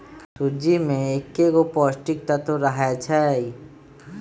सूज्ज़ी में कएगो पौष्टिक तत्त्व रहै छइ